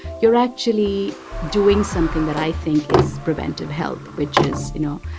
you're actually doing something that i think is preventive health, which is, you know,